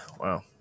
Wow